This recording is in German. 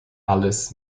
alles